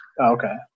okay